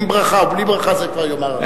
עם ברכה או בלי ברכה, את זה כבר יאמר הרב.